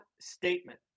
statement